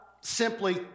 simply